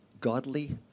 godly